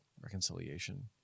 reconciliation